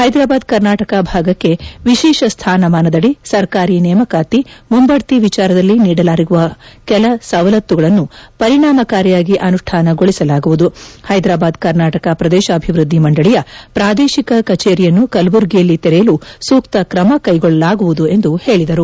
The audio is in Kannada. ಹೈದ್ರಾಬಾದ್ ಕರ್ನಾಟಕ ಭಾಗಕ್ಕೆ ವಿಶೇಷ ಸ್ಥಾನಮಾನದಡಿ ಸರ್ಕಾರಿ ನೇಮಕಾತಿ ಮುಂಬದ್ತಿ ವಿಚಾರದಲ್ಲಿ ನೀಡಲಾಗಿರುವ ಕೆಲ ಸವಲತ್ತುಗಳನ್ನು ಪರಿಣಾಮಕಾರಿಯಾಗಿ ಅನುಷ್ಠಾನಗೊಳಿಸಲಾಗುವುದು ಹ್ಯೆದ್ರಾಬಾದ್ ಕರ್ನಾಟಕ ಪ್ರದೇಶಾಭಿವೃದ್ದಿ ಮಂದಳಿಯ ಪ್ರಾದೇಶಿಕ ಕಚೇರಿಯನ್ನು ಕಲಬುರಗಿಯಲ್ಲಿ ತೆರೆಯಲು ಸೂಕ್ತ ಕ್ರಮ ಕೈಗೊಳ್ಳಲಾಗುವುದು ಎಂದು ಹೇಳಿದರು